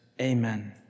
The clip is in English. Amen